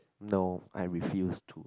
no I refuse to